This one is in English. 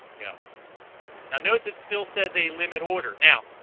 yeah now notice it still says a limit order now